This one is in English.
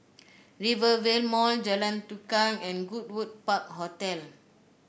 Rivervale Mall Jalan Tukang and Goodwood Park Hotel